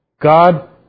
God